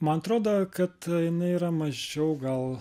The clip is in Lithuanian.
man atrodo kad tai jinai yra mažiau gal